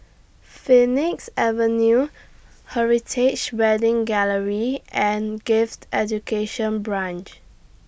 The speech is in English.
Phoenix Avenue Heritage Wedding Gallery and Gifted Education Branch